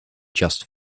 just